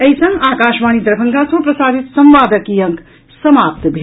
एहि संग आकाशवाणी दरभंगा सँ प्रसारित संवादक ई अंक समाप्त भेल